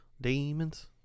Demons